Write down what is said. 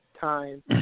time